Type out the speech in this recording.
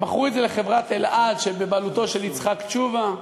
הם מכרו את זה לחברת "אלעד" שבבעלותו של יצחק תשובה,